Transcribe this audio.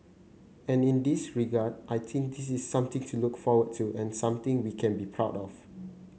and in this regard I think this is something to look forward to and something we can be proud of